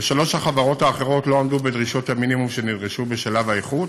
ושלוש החברות האחרות לא עמדו בדרישות המינימום שנדרשו בשלב האיכות.